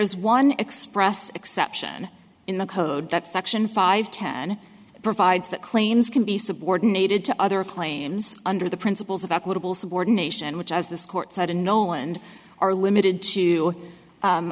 is one express exception in the code that section five ten provides that claims can be subordinated to other claims under the principles of equitable subordination which as this court said a noland are limited to